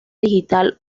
digital